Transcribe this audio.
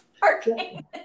parking